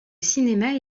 cinéma